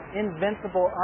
invincible